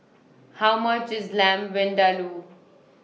How much IS Lamb Vindaloo